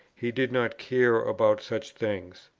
he did not care about such things.